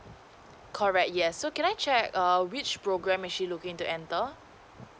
correct yes so can I check err which program is she looking to enter